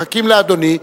מחכים לאדוני,